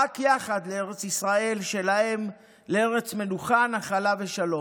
רק יחד, לארץ ישראל שלהם, לארץ מנוחה, נחלה ושלום.